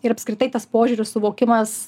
ir apskritai tas požiūrio suvokimas